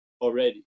already